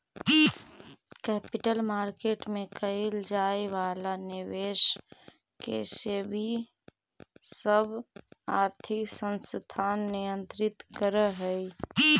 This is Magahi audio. कैपिटल मार्केट में कैइल जाए वाला निवेश के सेबी इ सब आर्थिक संस्थान नियंत्रित करऽ हई